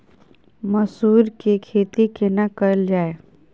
मसूर के खेती केना कैल जाय?